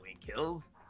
kills